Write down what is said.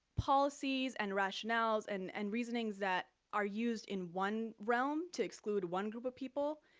policies and rationales and and reasonings that are used in one realm to exclude one group of people,